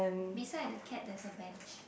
beside the cat there's a bench